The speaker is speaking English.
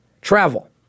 Travel